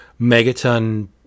megaton